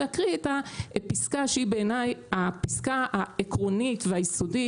להקריא את הפסקה שהיא בעיני הפסקה העקרונית והיסודית,